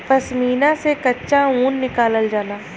पश्मीना से कच्चा ऊन निकालल जाला